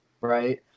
right